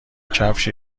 کفش